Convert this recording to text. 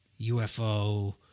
UFO